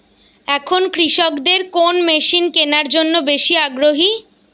এখন কৃষকদের কোন মেশিন কেনার জন্য বেশি আগ্রহী?